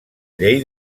llei